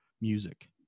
music